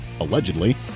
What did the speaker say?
allegedly